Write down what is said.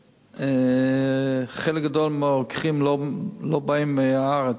חלק גדול מהרוקחים לא באים מהארץ.